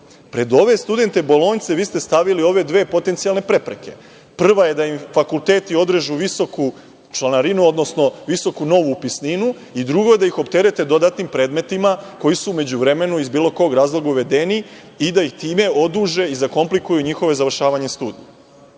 Pred ove studente bolonjce vi ste stavili ove dve potencijalne prepreke. Prva je da im fakulteti odrede visoku članarinu, odnosno visoku novu upisninu. Drugo, da ih opterete dodatnim predmetima koji su u međuvremenu iz bilo kog razloga uvedeni i da time oduže i zakomplikuju završavanje studija. Ovim